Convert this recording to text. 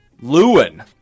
Lewin